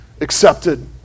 accepted